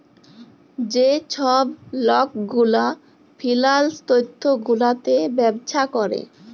যে ছব লক গুলা ফিল্যাল্স তথ্য গুলাতে ব্যবছা ক্যরে